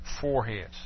foreheads